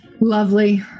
Lovely